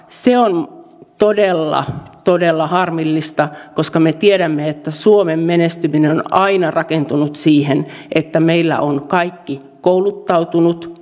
se on todella todella harmillista koska me tiedämme että suomen menestyminen on aina rakentunut siihen että meillä ovat kaikki kouluttautuneet